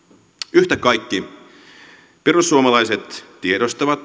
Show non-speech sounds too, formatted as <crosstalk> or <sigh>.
yhtä kaikki perussuomalaiset tiedostavat <unintelligible>